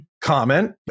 comment